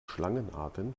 schlangenarten